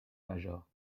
major